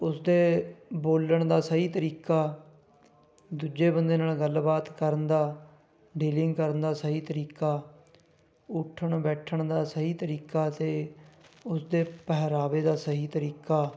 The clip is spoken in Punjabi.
ਉਸਦੇ ਬੋਲਣ ਦਾ ਸਹੀ ਤਰੀਕਾ ਦੂਜੇ ਬੰਦੇ ਨਾਲ ਗੱਲਬਾਤ ਕਰਨ ਦਾ ਡੀਲਿੰਗ ਕਰਨ ਦਾ ਸਹੀ ਤਰੀਕਾ ਉੱਠਣ ਬੈਠਣ ਦਾ ਸਹੀ ਤਰੀਕਾ ਅਤੇ ਉਸਦੇ ਪਹਿਰਾਵੇ ਦਾ ਸਹੀ ਤਰੀਕਾ